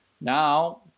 Now